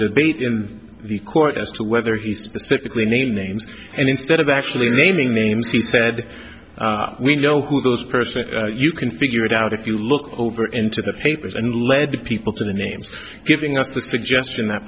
debate in the court as to whether he specifically named names and instead of actually naming names he said we know who those person you can figure it out if you look over into the papers and lead people to the names giving us the suggestion that